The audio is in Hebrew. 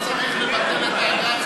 לא צריך לבטל את האגרה,